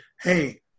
hey